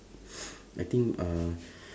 I think uh